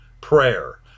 prayer